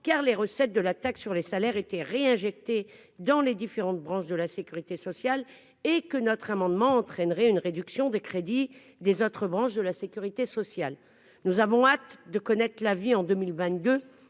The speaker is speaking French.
car les recettes de la taxe sur les salaires étaient réinjectés dans les différentes branches de la Sécurité sociale et que notre amendement entraînerait une réduction des crédits des autres branches de la Sécurité sociale, nous avons hâte de connaître la vie en 2022